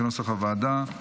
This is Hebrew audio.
כנוסח הוועדה,